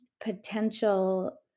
potential